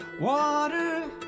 water